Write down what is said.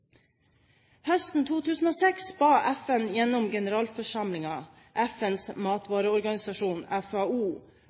Høsten 2006 ba FN gjennom generalforsamlingen FNs matvareorganisasjon FAO